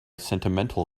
sentimental